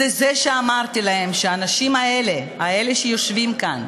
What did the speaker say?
זה שאמרתי להם שהאנשים האלה, אלה שיושבים כאן,